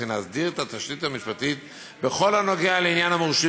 וכן להסדיר את התשתית המשפטית בכל הנוגע לעניין המורשים